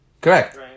Correct